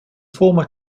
former